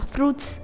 Fruits